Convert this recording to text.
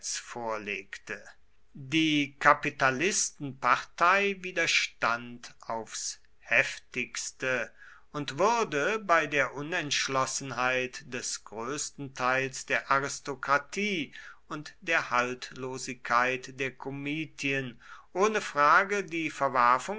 vorlegte die kapitalistenpartei widerstand aufs heftigste und würde bei der unentschlossenheit des größten teils der aristokratie und der haltlosigkeit der komitien ohne frage die